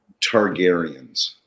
Targaryens